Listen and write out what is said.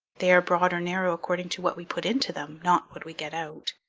they are broad or narrow according to what we put into them, not what we get out.